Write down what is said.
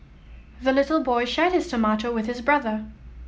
the little boy shared his tomato with his brother